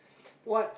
what